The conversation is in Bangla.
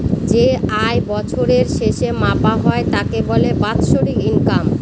যে আয় বছরের শেষে মাপা হয় তাকে বলে বাৎসরিক ইনকাম